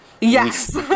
Yes